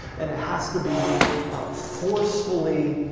and it has to be forcefully,